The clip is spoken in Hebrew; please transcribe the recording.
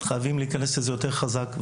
חייבים להיכנס לזה יותר חזק.